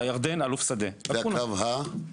הירדן האלוף שדה, עבודות של "הקו הסגול".